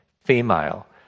female